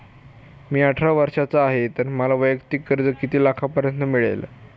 मी अठरा वर्षांचा आहे तर मला वैयक्तिक कर्ज किती लाखांपर्यंत मिळेल?